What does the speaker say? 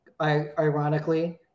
ironically